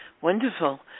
wonderful